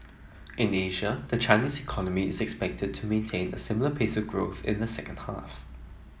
in Asia the Chinese economy is expected to maintain a similar pace of growth in the second half